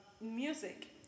Music